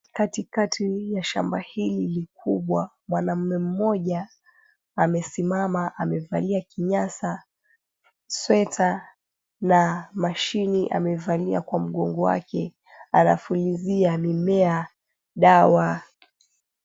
Katikati ya shamba hili kubwa mwanaume mmoja amesimama amevalia kinyasa, sweta na mashini amevalia kwa mgongo wake. Anapulizia mimea dawa.